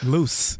Loose